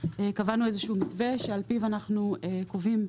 קבענו איזשהו מתווה שעל פיו אנחנו קובעים,